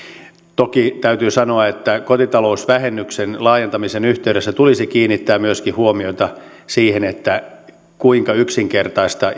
toki täytyy sanoa että kotitalousvähennyksen laajentamisen yhteydessä tulisi kiinnittää huomiota myöskin siihen kuinka yksinkertaista